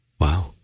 Wow